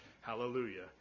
Hallelujah